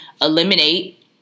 eliminate